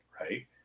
right